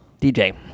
DJ